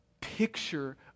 picture